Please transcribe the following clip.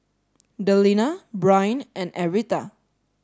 Delina Brynn and Aretha